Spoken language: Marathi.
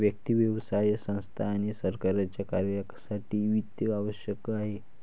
व्यक्ती, व्यवसाय संस्था आणि सरकारच्या कार्यासाठी वित्त आवश्यक आहे